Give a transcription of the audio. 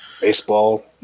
baseball